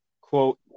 quote